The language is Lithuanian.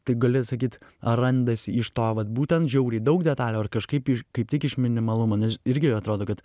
tu gali sakyti ar randasi iš to vat būtent žiauriai daug detalių ar kažkaip iš kaip tik iš minimalumo nes irgi atrodo kad